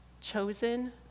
chosen